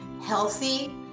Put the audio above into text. healthy